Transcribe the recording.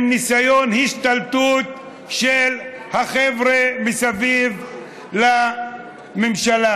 עם ניסיון השתלטות של החבר'ה מסביב לממשלה,